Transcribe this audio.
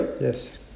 Yes